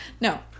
No